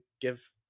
give